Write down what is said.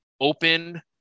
open